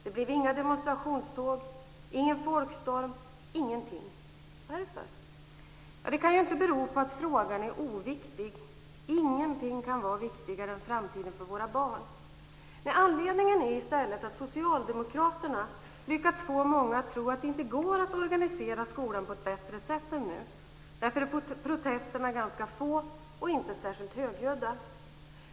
Det blev inga demonstrationståg, ingen folkstorm, ingenting. Varför? Det kan inte bero på att frågan är oviktig. Ingenting kan vara viktigare än framtiden för våra barn. Anledningen är i stället att Socialdemokraterna lyckats få många att tro att det inte går att organisera skolan på ett bättre sätt än nu. Därför är protesterna ganska få och inte särskilt högljudda.